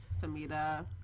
Samita